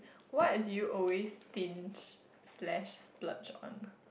what are you always stinge slash splurge on